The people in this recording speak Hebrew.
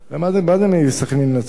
מה זה מסח'נין לנצרת?